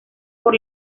por